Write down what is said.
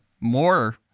more